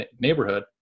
neighborhood